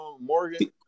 Morgan